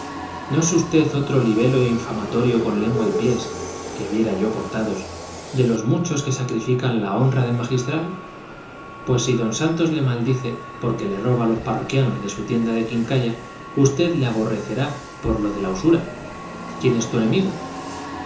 no es usted otro libelo infamatorio con lengua y pies que viera yo cortados de los muchos que sacrifican la honra del magistral pues si don santos le maldice porque le roba los parroquianos de su tienda de quincalla usted le aborrecerá por lo de la usura quién es tu enemigo